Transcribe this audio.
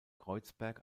kreuzberg